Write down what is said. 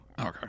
Okay